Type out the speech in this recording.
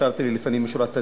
שאפשרת לי לפנים משורת הדין.